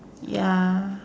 ya